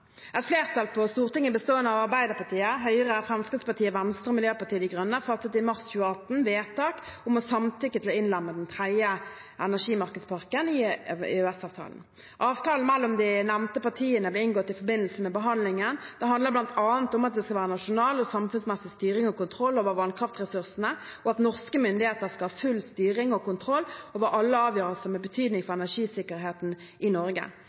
Et flertall på Stortinget bestående av Arbeiderpartiet, Høyre, Fremskrittspartiet, Venstre og Miljøpartiet De Grønne fattet i mars 2018 vedtak om samtykke til å innlemme den tredje energimarkedspakken i EØS-avtalen. Avtalen som ble inngått mellom de nevnte partiene i forbindelse med behandlingen, handler bl.a. om at det skal være nasjonal og samfunnsmessig styring og kontroll over vannkraftressursene, og at norske myndigheter skal ha full styring og kontroll over alle avgjørelser med betydning for energisikkerheten i Norge.